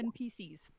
NPCs